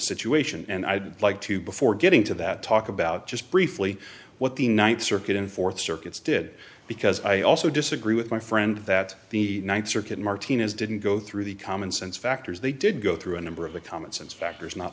situation and i'd like to before getting to that talk about just briefly what the th circuit in th circuits did because i also disagree with my friend that the th circuit martinez didn't go through the commonsense factors they did go through a number of the commonsense factors not